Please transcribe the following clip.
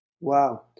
Wow